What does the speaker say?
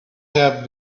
have